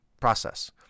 process